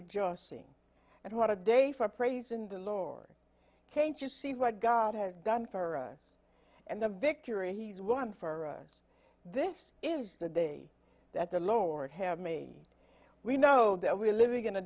rejoicing and what a day for praising the lord came to see what god has done for us and the victory he's won for us this is the day that the lord have me we know that we are living in a